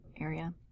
area